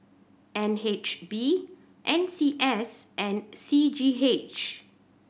N H B N C S and C G H